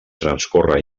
transcorre